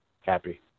happy